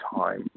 time